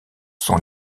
sont